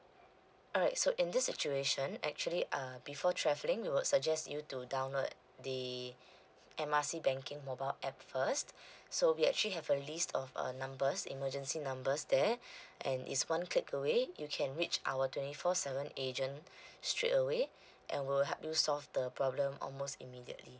alright so in this situation actually uh before travelling we would suggest you to download the M_R_C banking mobile app first so we actually have a list of uh numbers emergency numbers there and it's one click away you can reach our twenty four seven agent straight away and will help you solve the problem almost immediately